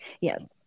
Yes